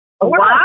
Wow